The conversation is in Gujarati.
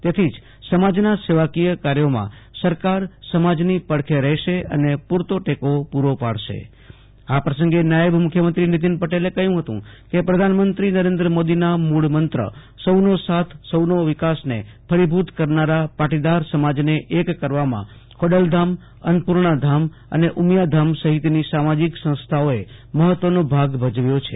તેથી જ સમાજના સેવાકીય કાર્યોમાં સરકાર સમાજની પડખે રહેશે અને પુ રતો ટેકો પાડશે આ પ્રસંગે નાયબ મુખ્યમંત્રી નીતિન પટેલે કહ્યુ હતુ કે પ્રધાનમંત્રી નરેન્દ્ર મ્રેીના મુળમંત્ર સૌનો સાથ સૌનો વિકાસને ફળીભુત કરનારા પાટીદાર સમાજને એક કરવામાં ખોડલ ધામઅન્નપુર્ણા ધામ અને ઉમ્યા ધામ સહિતની સામાજીક સંસ્થાઓએ મહત્વનો ભાગ ભજવ્યો છે